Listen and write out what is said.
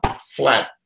flat